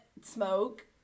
smoke